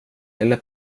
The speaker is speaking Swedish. eller